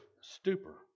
stupor